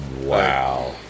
Wow